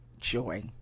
joy